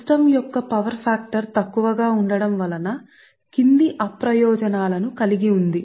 system యొక్క power factor తక్కువ గా ఉండుట వలన క్రింది అప్రయోజనాలను కలిగి ఉంది